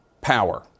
Power